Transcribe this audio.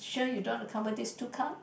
sure you don't want to cover this two cards